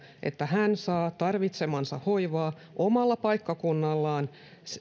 että hän saa tarvitsemaansa hoivaa omalla paikkakunnallaan